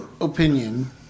opinion